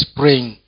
praying